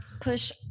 push